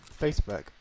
Facebook